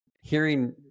hearing